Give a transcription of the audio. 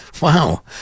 Wow